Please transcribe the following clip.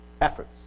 efforts